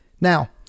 Now